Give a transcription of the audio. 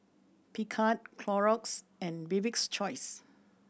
Picard Clorox and Bibik's Choice